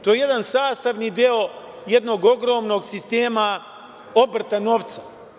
To je jedan sastavi deo jednog ogromnog sistema obrta novca.